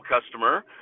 Customer